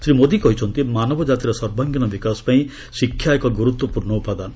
ଶ୍ରୀ ମୋଦି କହିଛନ୍ତି ମାନବ ଜାତିର ସର୍ବାଙ୍ଗୀନ ବିକାଶ ପାଇଁ ଶିକ୍ଷା ଏକ ଗୁରୁତ୍ୱପୂର୍ଣ୍ଣ ଉପାଦାନ